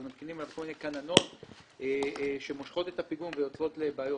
אבל מקימים על פניו כל מיני כננות שמושכות את הפיגום ויוצרות בעיות.